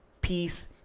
peace